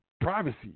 privacy